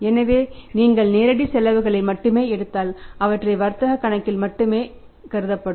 எனவே நீங்கள் நேரடி செலவுகளை மட்டும் எடுத்தால் அவற்றை வர்த்தக கணக்கில் மட்டுமே கருதப்படும்